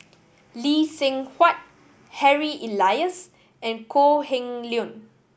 Lee Seng Huat Harry Elias and Kok Heng Leun